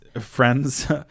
friend's